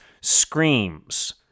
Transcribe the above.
screams